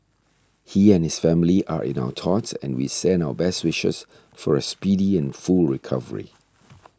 he and his family are in our thoughts and we send our best wishes for a speedy and full recovery